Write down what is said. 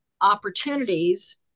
Opportunities